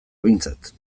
behintzat